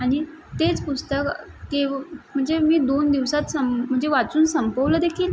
आणि तेच पुस्तक केव म्हणजे मी दोन दिवसात सं म्हणजे वाचून संपवलं देखील